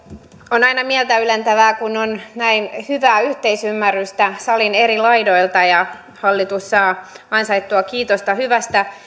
on aina mieltä ylentävää kun on näin hyvää yhteisymmärrystä salin eri laidoilla ja hallitus saa ansaittua kiitosta hyvästä